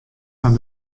fan